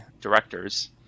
directors